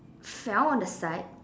cell on the side